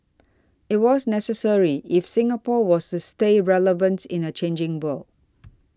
it was necessary if Singapore was to stay relevants in a changing world